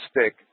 stick